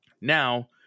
Now